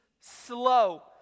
slow